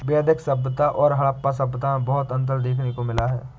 वैदिक सभ्यता और हड़प्पा सभ्यता में बहुत अन्तर देखने को मिला है